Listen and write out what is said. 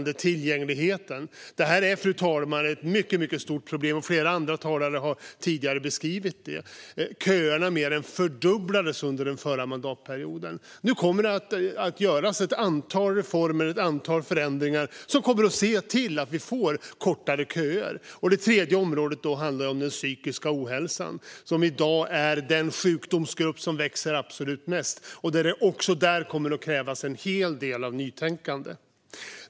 Detta är ett mycket stort problem, fru talman, som flera andra talare har beskrivit - köerna mer än fördubblades under förra mandatperioden. Nu kommer det att genomföras ett antal reformer och förändringar som gör att vi får kortare köer. Det tredje området är den psykiska ohälsan. I dag är detta den sjukdomsgrupp som växer absolut mest, och även där kommer det att krävas en hel del nytänkande.